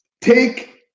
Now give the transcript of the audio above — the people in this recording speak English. take